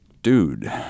dude